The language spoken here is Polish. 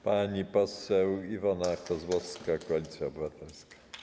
Pani poseł Iwona Kozłowska, Koalicja Obywatelska.